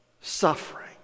suffering